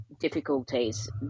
difficulties